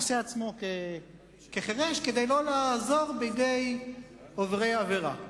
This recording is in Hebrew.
עושה עצמו כחירש כדי לא לעזור בידי עוברי עבירה.